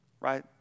right